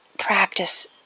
practice